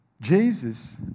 Jesus